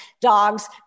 dogs